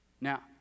Now